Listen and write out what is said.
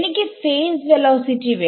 എനിക്ക് phase velocity വേണം